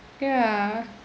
ya